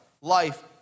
life